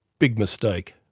big mistake!